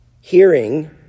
hearing